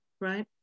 right